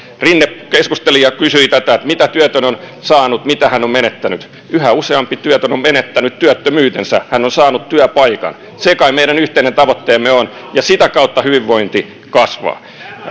rinne keskusteli ja kysyi tätä että mitä työtön on saanut mitä hän on menettänyt yhä useampi työtön on menettänyt työttömyytensä hän on saanut työpaikan se kai meidän yhteinen tavoitteemme on ja sitä kautta hyvinvointi kasvaa